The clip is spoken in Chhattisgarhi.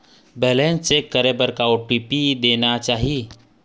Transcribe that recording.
बैलेंस चेक करे बर का ओ.टी.पी देना चाही?